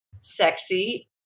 sexy